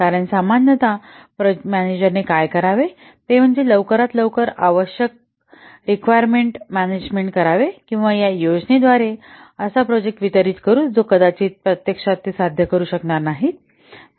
कारण सामान्यत मॅनेजरने काय करावे ते म्हणजे लवकरात लवकर आवश्यक ते आवश्यक रिक्वायर मॅनेजेमेंट करावे किंवा या योजनेद्वारे असा प्रोजेक्ट वितरित करू जो कदाचित ते प्रत्यक्षात साध्य करू शकणार नाहीत